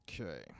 Okay